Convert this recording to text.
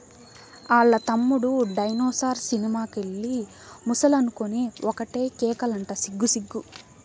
ఆల్ల తమ్ముడు dinosaur cinema కెళ్ళి ముసలనుకొని ఒకటే కేకలంట సిగ్గు సిగ్గు